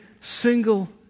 single